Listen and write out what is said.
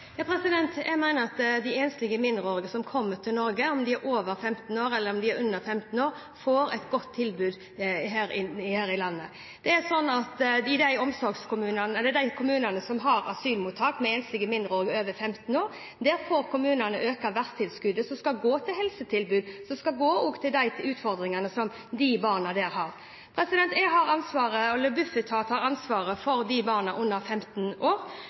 Jeg mener at de enslige mindreårige som kommer til Norge, om de er over eller under 15 år, får et godt tilbud her i landet. De kommunene som har asylmottak med enslige mindreårige over 15 år, får økt vertstilskuddet, som skal gå til helsetilbud og til de utfordringene de barna har. Bufetat har ansvaret